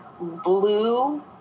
blue